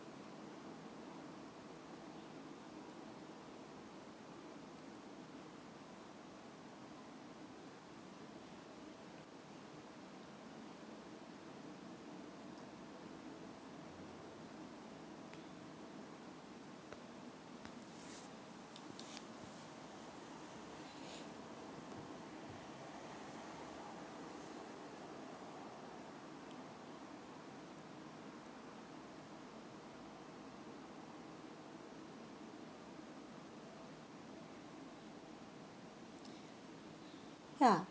ya